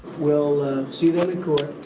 we'll see them in court.